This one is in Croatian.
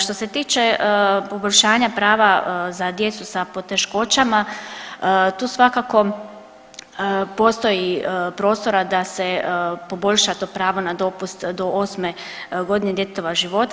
Što se tiče poboljšanja prava za djecu sa poteškoćama tu svakako postoji prostora da se poboljša to pravo na dopust do 8 godine djetetova života.